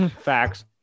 Facts